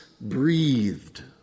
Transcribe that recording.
breathed